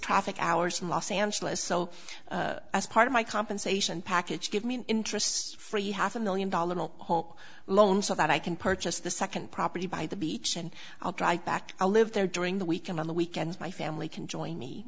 traffic hours in los angeles so as part of my compensation package give me an interest free half a million dollar home loan so that i can purchase the second property by the beach and i'll drive back i live there during the week and on the weekends my family can join me